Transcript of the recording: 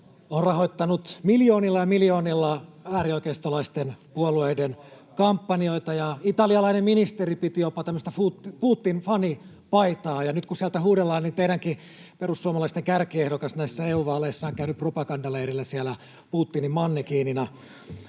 puoluekaverit siellä Euroopassa!] äärioikeistolaisten puolueiden kampanjoita, ja italialainen ministeri piti jopa tämmöistä Putin-fanipaitaa. Nyt kun sieltä huudellaan, niin teidänkin, perussuomalaisten kärkiehdokas näissä EU-vaaleissa on käynyt propagandaleirillä siellä Putinin mannekiinina.